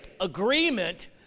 Agreement